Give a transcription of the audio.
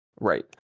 Right